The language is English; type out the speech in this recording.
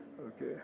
Okay